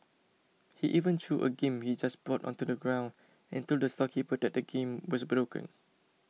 he even threw a game he just bought onto the ground and told the storekeeper that the game was broken